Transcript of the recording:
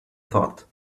thought